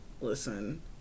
Listen